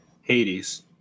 Hades